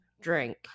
drink